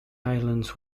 islands